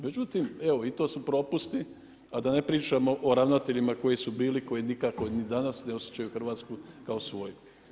Međutim evo i to su propusti a da ne pričamo o ravnateljima koji su bili, koji nikako ni danas ne osjećaju Hrvatsku kao svoju.